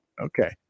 Okay